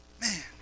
Man